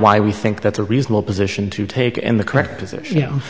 why we think that's a reasonable position to take in the correct position